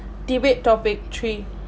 debate topic three